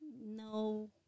No